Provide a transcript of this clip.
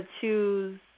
choose